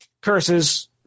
curses